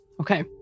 Okay